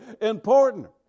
important